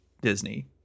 Disney